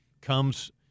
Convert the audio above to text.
comes